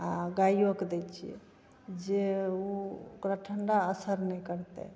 आओर गाइओके दै छिए जे ओ ओकरा ठण्डा असर नहि करतै